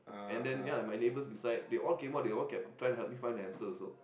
and then ya my neighbour beside they all came out they all tried to help me find my hamster also